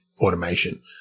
automation